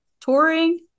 touring